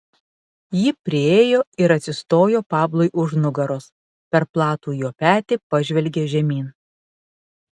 ji priėjo ir atsistojo pablui už nugaros per platų jo petį pažvelgė žemyn